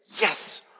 yes